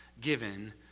given